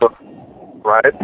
Right